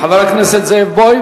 חבר הכנסת זאב בוים?